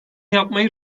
yapmayı